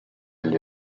agli